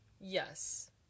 yes